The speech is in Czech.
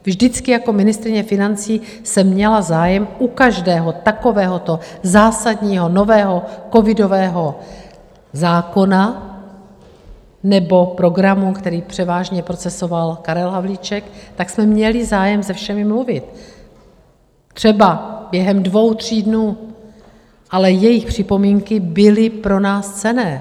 Vždycky jako ministryně financí jsem měla zájem u každého takovéhoto zásadního nového covidového zákona nebo programu, který převážně procesoval Karel Havlíček, tak jsme měli zájem se všemi mluvit, třeba během dvou, tří dnů, ale jejich připomínky byly pro nás cenné.